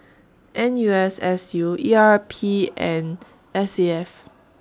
N U S S U E R P and S A F